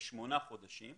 לשמונה חודשים.